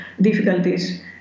difficulties